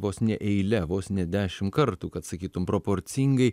vos ne eile vos ne dešim kartų kad sakytum proporcingai